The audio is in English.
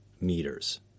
meters